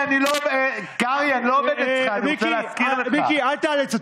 לא בגלל השבת,